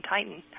Titan